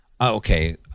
Okay